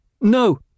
No